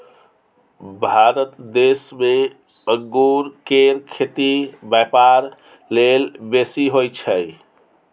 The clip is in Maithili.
भारत देश में अंगूर केर खेती ब्यापार लेल बेसी होई छै